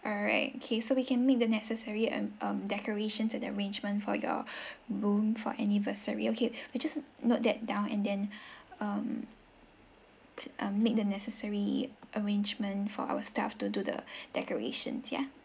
alright okay so we can make the necessary um um decorations and arrangement for your room for anniversary okay we'll just note that down and then um p~ um make the necessary arrangement for our staff to do the decorations yeah